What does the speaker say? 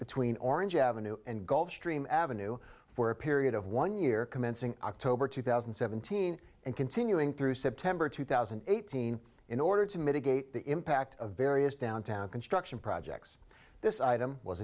between orange avenue and gulfstream ave for a period of one year commencing october two thousand and seventeen and continuing through september two thousand and eighteen in order to mitigate the impact of various downtown construction projects this item was